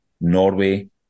Norway